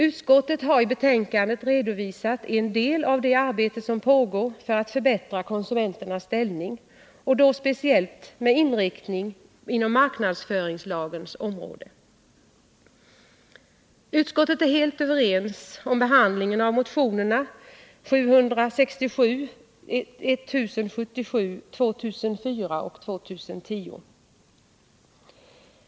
Utskottet har i betänkandet redovisat en del av det arbete som pågår för att förbättra konsumenternas ställning, då speciellt med inriktning inom marknadsföringslagens områden. Utskottet är helt överens om behandlingen av motionerna 767, 1077, 2004 och 2010.